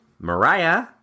Mariah